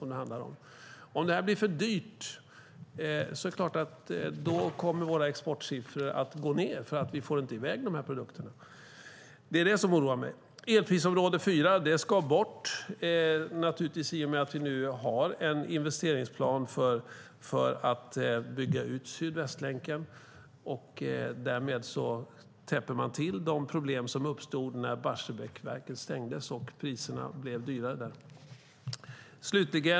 Om detta blir för dyrt kommer våra exportsiffror att gå ned eftersom vi inte får i väg dessa produkter. Det är det som oroar mig. Elprisområde 4 ska naturligtvis bort i och med att vi nu har en investeringsplan för att bygga ut sydvästlänken. Därmed täpper man till de problem som uppstod när Barsebäcksverket stängdes och priserna blev högre.